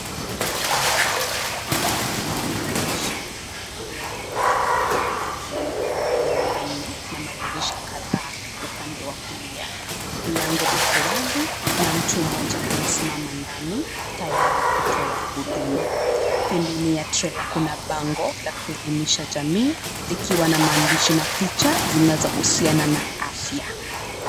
Kliniki inayohamishika imewekwa juu ya trela lenye magurudumu manne na madirisha kadhaa upande wa kulia. Mlango uko wazi na mtu mmoja amesimama ndani tayari kutoa huduma. Pembeni ya trela kuna bango la kuelimisha jamii likiwa na maandishi na picha zinazohusiana na afya.